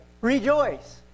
Rejoice